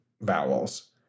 vowels